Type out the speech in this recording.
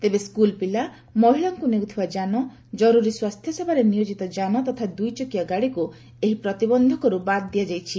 ତେବେ ସ୍କୁଲ୍ ପିଲା ମହିଳାଙ୍କୁ ନେଉଥିବା ଯାନ ଜରୁରୀ ସ୍ୱାସ୍ଥ୍ୟସେବାରେ ନିୟୋଜିତ ଯାନ ତଥା ଦୁଇଚକିଆ ଗାଡ଼ିକୁ ଏହି ପ୍ରତିବନ୍ଧକରୁ ବାଦ ଦିଆଯାଇଛି